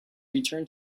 return